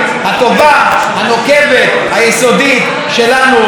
היסודית שלנו בוועדת התרבות.